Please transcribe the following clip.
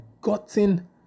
gotten